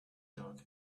dog